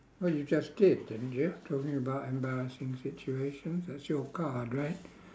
well you just did didn't you talking about embarrassing situations that's your card right